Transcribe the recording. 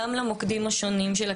גם למוקדים השונים של הקהילה,